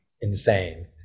insane